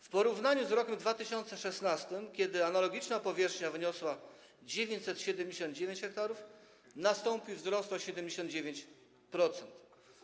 W porównaniu z rokiem 2016, kiedy analogiczna powierzchnia wyniosła 979 ha, nastąpił wzrost o 79%.